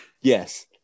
Yes